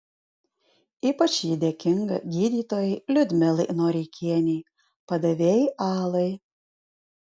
ypač ji dėkinga gydytojai liudmilai noreikienei padavėjai alai